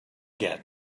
get